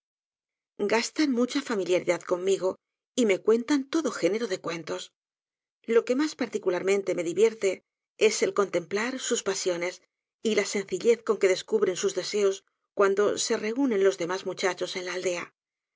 gastan mucha familiaridad conmigo y rae cuentan todo género de cuentos lo que mas particularmente me divierte es el contemplar sus pasiones y la sencillez con que descubren sus deseos cuando se reúnen los demás muchachos de la aldea